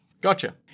Gotcha